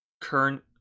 current